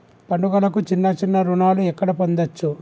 పండుగలకు చిన్న చిన్న రుణాలు ఎక్కడ పొందచ్చు?